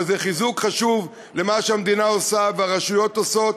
אבל זה חיזוק חשוב למה שהמדינה עושה והרשויות עושות,